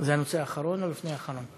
זה הנושא האחרון או לפני האחרון?